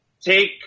take